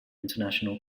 international